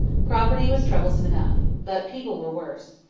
property was troublesome enough. but people were worse.